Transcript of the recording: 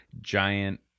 giant